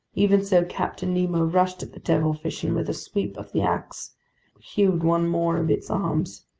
even so, captain nemo rushed at the devilfish and with a sweep of the ax hewed one more of its arms.